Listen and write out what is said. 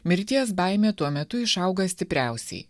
mirties baimė tuo metu išauga stipriausiai